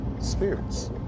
spirits